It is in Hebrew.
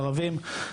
ערבים,